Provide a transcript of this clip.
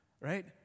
right